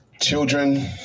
children